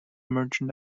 merchant